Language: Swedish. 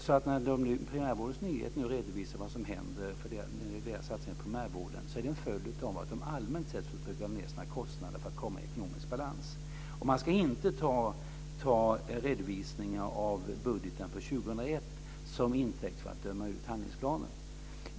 Därför är Primärvårdens Nyheters redovisning av vad nu som händer när det gäller satsningar på primärvården en följd av att landstingen allmänt sett försöker pressa ned sina kostnader för att komma i ekonomisk balans. Man ska inte ta redovisningar av budgeten för 2001 som intäkt för att döma ut handlingsplanen.